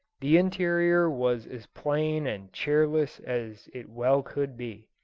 the interior was as plain and cheerless as it well could be.